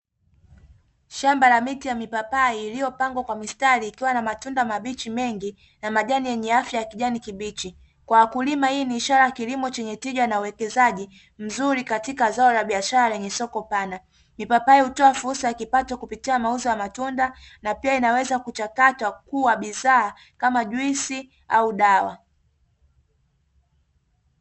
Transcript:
Shamba la miti ya mipapai iliyopangwa kwa mistari ikiwa na matunda mabichi mengi na majani yenye afya ya kijani kibichi, kwa wakulima hii ni ishara ya kilimo chenye tija na uwekezaji mzuri katika zao la biashara yenye soko pana. Mipapai hutoa fursa ya kipato kupitia mauzo ya matunda, na pia inaweza kuchakata kuwa bidhaa kama juisi au dawa.